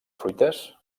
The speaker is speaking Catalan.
fruites